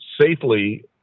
safely